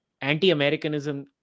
anti-americanism